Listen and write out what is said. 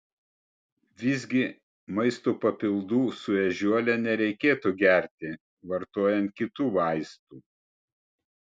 visgi maisto papildų su ežiuole nereikėtų gerti vartojant kitų vaistų